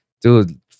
dude